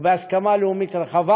ובהסכמה לאומית רחבה.